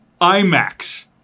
IMAX